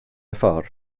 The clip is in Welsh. ffordd